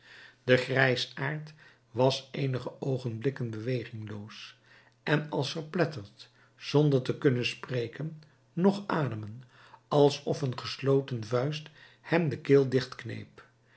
de grijsaard was eenige oogenblikken bewegingloos en als verpletterd zonder te kunnen spreken noch ademen alsof een gesloten vuist hem de keel